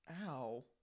ow